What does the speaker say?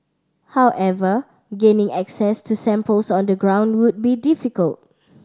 however gaining access to samples on the ground would be difficult